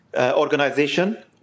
organization